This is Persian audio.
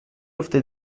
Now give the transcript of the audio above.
افته